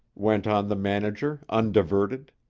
went on the manager, undiverted.